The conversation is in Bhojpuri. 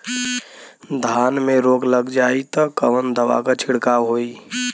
धान में रोग लग जाईत कवन दवा क छिड़काव होई?